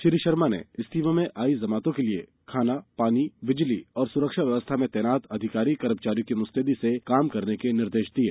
श्री शर्मा ने इज्तिमा में आई जमातों की खाना पानी बिजली और सुरक्षा व्यवस्था में तैनात अधिकारी कर्मचारियों को मुस्तैदी से काम करने के निर्देश दिये